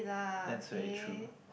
that's very true